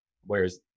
Whereas